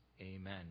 amen